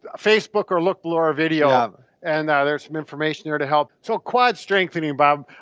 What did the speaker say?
ah facebook or look below our video um and ah there's some information there to help. so quad strengthening, bob.